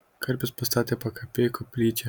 karpis pastatė pakapėj koplyčią